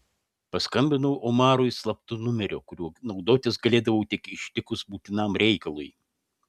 paskambinau omarui slaptu numeriu kuriuo naudotis galėdavau tik ištikus būtinam reikalui